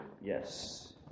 yes